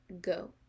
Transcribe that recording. go